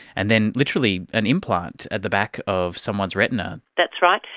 and then literally an implant at the back of someone's retina. that's right.